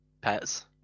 pets